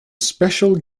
special